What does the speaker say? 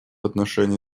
отношении